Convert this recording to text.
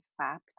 slapped